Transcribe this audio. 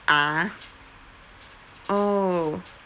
ah oh